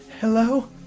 Hello